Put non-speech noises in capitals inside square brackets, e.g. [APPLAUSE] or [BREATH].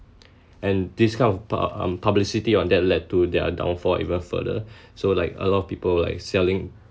and this kind of pub~ um publicity on that led to their downfall even further [BREATH] so like a lot of people like selling